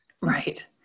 Right